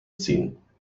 ziehen